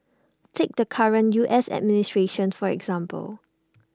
take the current U S administration for example